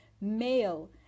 male